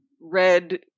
read